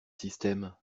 système